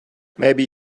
maybe